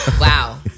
wow